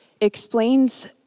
explains